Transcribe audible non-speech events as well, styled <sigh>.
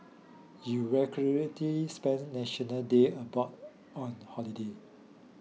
you <unintelligible> spend National Day abroad on holiday